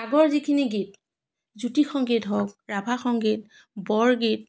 আগৰ যিখিনি গীত জ্য়েতি সংগীত হওক ৰাভা সংগীত বৰগীত